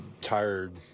tired